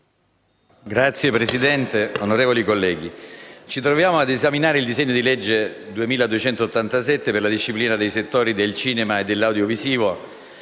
Signor Presidente, onorevoli colleghi, ci troviamo a esaminare il disegno di legge n. 2287 per la disciplina dei settori del cinema e dell'audiovisivo.